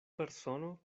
persono